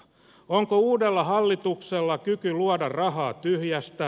onko uudella hallituksella kyky luoda rahaa tyhjästä